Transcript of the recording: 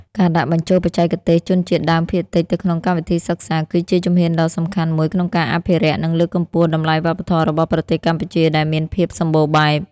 ការដាក់បញ្ចូលបច្ចេកទេសជនជាតិដើមភាគតិចទៅក្នុងកម្មវិធីសិក្សា គឺជាជំហានដ៏សំខាន់មួយក្នុងការអភិរក្ស និងលើកកម្ពស់តម្លៃវប្បធម៌របស់ប្រទេសកម្ពុជាដែលមានភាពសម្បូរបែប។